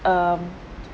um